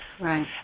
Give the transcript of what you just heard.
Right